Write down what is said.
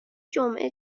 جمعه